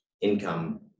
income